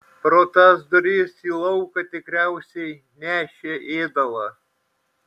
pro tas duris į lauką tikriausiai nešė ėdalą